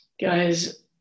Guys